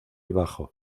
bajo